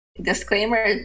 Disclaimer